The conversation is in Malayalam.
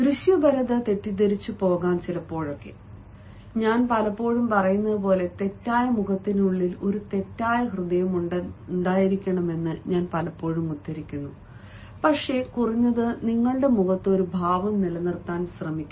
ദൃശ്യപരത തെറ്റിധരിച്ചുപോകാം ഞാൻ പലപ്പോഴും പറയുന്നതുപോലെ തെറ്റായ മുഖത്തിന് ഉള്ളിൽ ഒരു തെറ്റായ ഹൃദയം ഉണ്ടായിരിക്കണമെന്ന് ഞാൻ പലപ്പോഴും ഉദ്ധരിക്കുന്നു പക്ഷേ കുറഞ്ഞത് നിങ്ങളുടെ മുഖത്ത് ഒരു ഭാവം നിലനിർത്താൻ ശ്രമിക്കുക